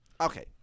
Okay